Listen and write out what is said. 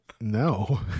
No